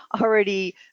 already